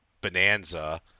bonanza